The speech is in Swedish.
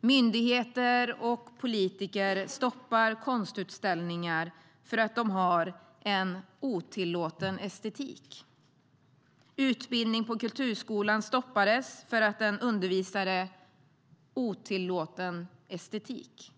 Myndigheter och politiker stoppar konstutställningar för att de har en otillåten estetik. Utbildning på Kulturskolan stoppades för att den undervisade otillåten estetik.